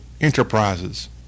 enterprises